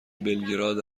بلگراد